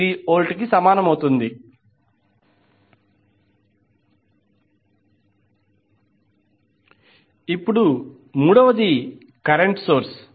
79° V ఇప్పుడు మూడవది current source